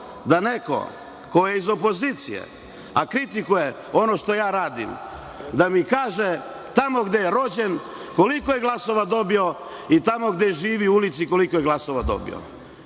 da neko ko je iz opozicije a kritikuje ono što radim, da mi kaže tamo gde je rođen koliko je dobio glasova i u ulici gde živi koliko je glasova dobio?